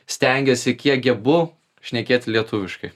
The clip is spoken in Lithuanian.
stengiuosi kiek gebu šnekėti lietuviškai